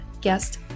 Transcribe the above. guest